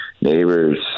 Neighbors